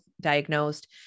diagnosed